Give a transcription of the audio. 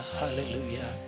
hallelujah